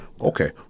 Okay